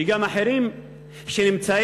וגם אחרים שנמצאים,